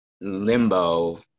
limbo